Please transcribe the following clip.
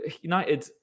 United